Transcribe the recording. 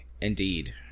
indeed